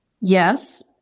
Yes